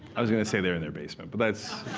i was going to say they're in their basement, but that's